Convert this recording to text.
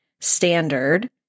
standard